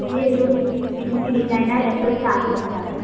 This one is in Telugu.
మీరు ఇంటి డిజైనర్ ఎప్పుడు స్టార్ట్ చేస్తారు